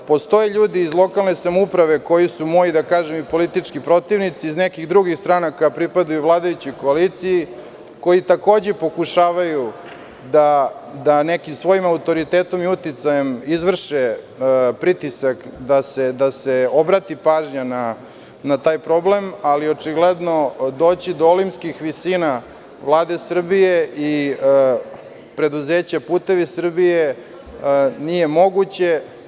Postoje ljudi iz lokalne samouprave koji su moji politički protivnici, i iz nekih drugih stranaka, pripadaju vladajućoj koaliciji, koji takođe pokušavaju da nekim svojim autoritetom i uticajem izvrše pritisak da se obrati pažnja na taj problem, ali očigledno doći do olimpskih visina Vlade Srbije i preduzeća „Putevi Srbije“, nije moguće.